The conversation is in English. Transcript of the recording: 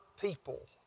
people